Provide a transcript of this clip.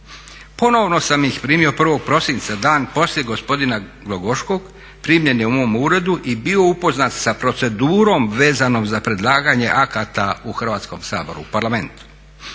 Ponovno sam ih primio 1. prosinca, dan poslije, gospodina Glogoškog, primljen je u mom uredu i bio je upoznat sa procedurom vezanom za predlaganje akata u Hrvatskom saboru. Dana 5.